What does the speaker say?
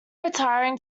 retiring